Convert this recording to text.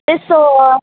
ॾिसो